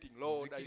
Lord